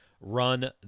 run